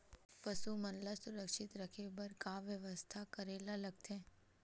पशु मन ल सुरक्षित रखे बर का बेवस्था करेला लगथे?